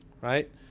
Right